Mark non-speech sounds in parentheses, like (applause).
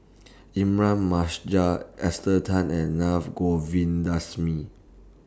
(unintelligible) Esther Tan and Naa (unintelligible) Govindasamy